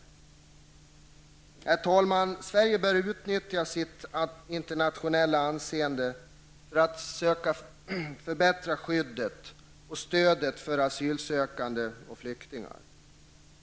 Herr talman! Sverige bör utnyttja sitt internationella anseende för att söka förbättra skyddet och stödet för asylsökande och flyktingar.